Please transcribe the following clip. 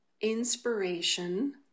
inspiration